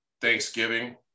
Thanksgiving